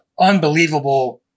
unbelievable